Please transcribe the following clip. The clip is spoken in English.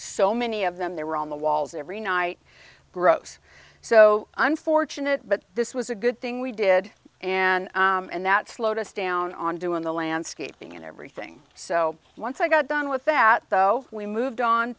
so many of them they were on the walls every night gross so unfortunate but this was a good thing we did and and that slowed us down on doing the landscaping and everything so once i got done with that though we moved on